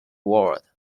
world